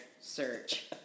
search